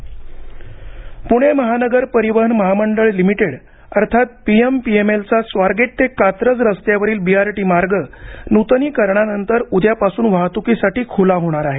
BRT Pune महानगर परिवहन महामंडळ लिमिटेड अर्थात P M P M L चा स्वारगेट ते कात्रज रस्त्यावरील बीआरटी मार्ग नूतनीकरणानंतर उद्यापासून वाहतुकीसाठी खुला होणार आहे